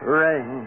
ring